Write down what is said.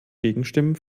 gegenstimmen